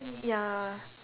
ya